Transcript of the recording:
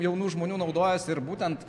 jaunų žmonių naudojasi ir būtent